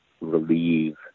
relieve